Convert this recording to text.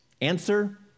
Answer